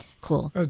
cool